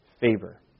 favor